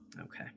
Okay